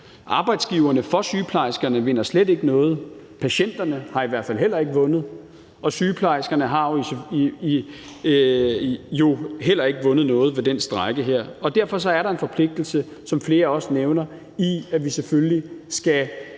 Arbejdsgiverne for sygeplejerskerne vinder slet ikke noget. Patienterne har i hvert fald heller ikke vundet, og sygeplejerskerne har jo heller ikke vundet noget ved den her strejke. Kl. 11:25 Derfor er der en forpligtelse, som flere også nævner, i, at vi selvfølgelig skal